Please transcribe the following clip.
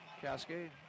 Cascade